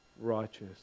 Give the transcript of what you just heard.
righteous